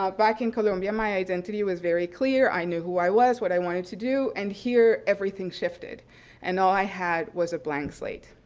ah back in columbia my identity was very clear. i knew who i was, what i wanted to do, and here everything shifted and all i had was a blank slate.